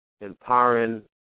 empowering